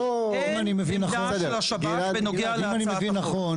אין עמדה של השב"כ בנוגע להצעת החוק.